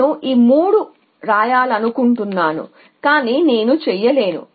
నేను 3 రాయాలనుకుంటున్నాను కాని నేను చేయలేను